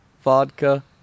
vodka